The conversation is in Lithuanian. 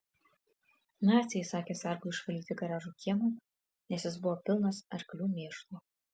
naciai įsakė sargui išvalyti garažo kiemą nes jis buvo pilnas arklių mėšlo